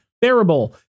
bearable